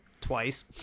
twice